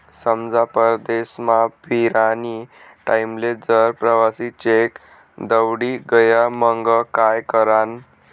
समजा परदेसमा फिरानी टाईमले जर प्रवासी चेक दवडी गया मंग काय करानं?